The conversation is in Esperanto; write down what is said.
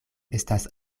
estas